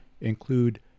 include